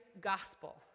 gospel